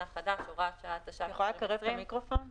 החדש (הוראת שעה) (הגבלת פעילות בתחום התחבורה),